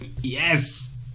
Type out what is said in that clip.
Yes